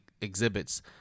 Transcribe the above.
exhibits